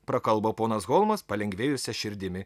prakalbo ponas holmas palengvėjusia širdimi